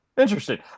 Interesting